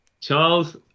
Charles